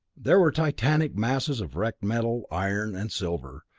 there were titanic masses of wrecked metal, iron and silver,